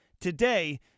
Today